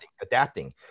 adapting